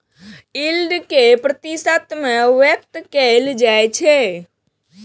yield कें प्रतिशत मे व्यक्त कैल जाइ छै